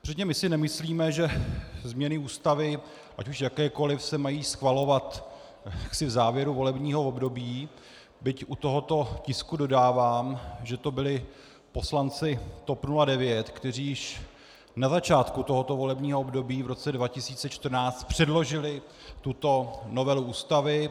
Předně si nemyslíme, že změny Ústavy, ať už jakékoli, se mají schvalovat v závěru volebního období, byť u tohoto tisku dodávám, že to byli poslanci TOP 09, kteří již na začátku tohoto volebního období v roce 2014 předložili tuto novelu Ústavy.